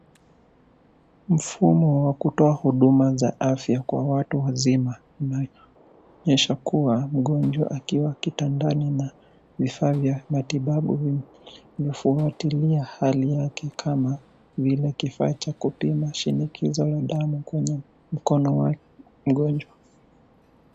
Mfumo wa kutoa huduma za afya kwa watu wazima unaonyesha kuwa mgonjwa akiwa kitandani na vifaa vya matibabu vimefuatilia hali yake kama vile kifaa cha kupima shinikizo la damu kwenye mkono wa mgonjwa.